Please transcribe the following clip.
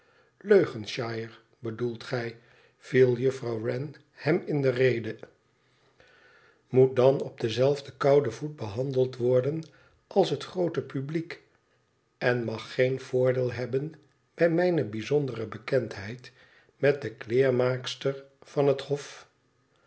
hertfordshire leugenshire bedoelt gij viel jufirouw wren hem in de rede moet dan op denzelfden kouden voet behandeld worden als ha groote publiek en mag geen voordeel hebben bij mijne bijzondere bekendheid met de kleermaakster van het hof